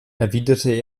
erwiderte